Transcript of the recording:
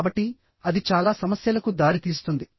కాబట్టిఅది చాలా సమస్యలకు దారితీస్తుంది